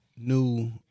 new